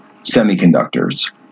Semiconductors